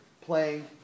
playing